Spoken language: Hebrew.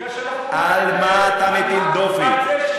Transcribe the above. לקחו, על מה אתה מטיל דופי?